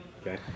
Okay